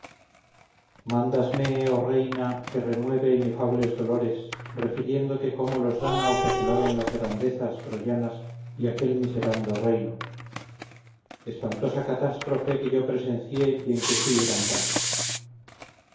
lecho mándasme oh reina que renueve inefables dolores refiriéndote cómo los dánaos asolaron las grandezas troyanas y aquel miserando reino espantosa catástrofe que yo presencié y en que fui gran parte